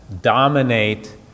dominate